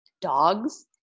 dogs